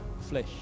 flesh